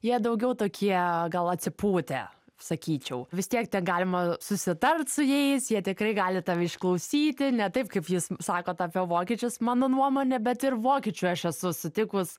jie daugiau tokie gal atsipūtę sakyčiau vis tiek ten galima susitart su jais jie tikrai gali tave išklausyti ne taip kaip jūs sakot apie vokiečius mano nuomone bet ir vokiečių aš esu sutikus